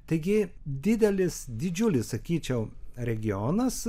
taigi didelis didžiulis sakyčiau regionas